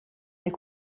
els